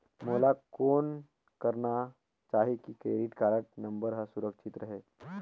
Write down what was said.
मोला कौन करना चाही की क्रेडिट कारड नम्बर हर सुरक्षित रहे?